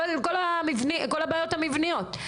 כל הבעיות המבניות.